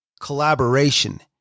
collaboration